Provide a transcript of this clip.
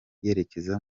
yerekeza